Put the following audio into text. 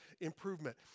improvement